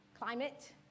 climate